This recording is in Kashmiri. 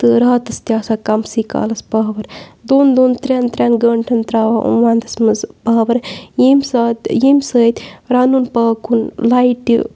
تہٕ راتَس تہِ آسان کَمسٕے کالَس پاوَر دۄن دۄن ترٛٮ۪ن ترٛٮ۪ن گٲنٛٹَن ترٛاوان یِم وَنٛدَس منٛز پاوَر ییٚمہِ ساتہٕ ییٚمہِ سۭتۍ رَنُن پاکُن لایٹہِ